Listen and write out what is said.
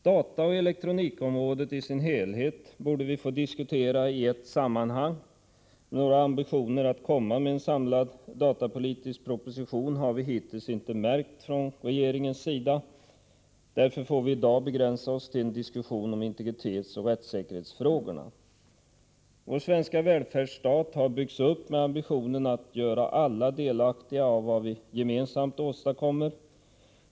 Dataoch elektronikområdet i sin helhet borde vi få diskutera i ett sammanhang, men några ambitioner att komma med en samlad datapolitisk proposition har vi hittills inte märkt från regeringens sida. Därför får vi i dag begränsa oss till en diskussion om integritetsoch rättssäkerhetsfrågorna. Vår svenska välfärdsstat har byggts upp med ambitionen att göra alla delaktiga av vad vi gemensamt åstadkommer.